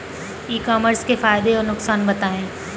ई commerce के फायदे और नुकसान बताएँ?